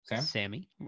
Sammy